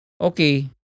okay